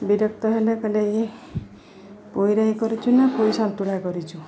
ବିରକ୍ତ ହେଲେ କଲେ ପୋଇ ରାଇ କରିଛୁ ନା ପୋଇ ସନ୍ତୁଳା କରିଛୁ